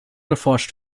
geforscht